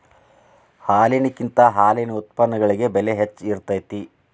ಹಾಲಿನಕಿಂತ ಹಾಲಿನ ಉತ್ಪನ್ನಗಳಿಗೆ ಬೆಲೆ ಹೆಚ್ಚ ಇರತೆತಿ